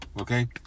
okay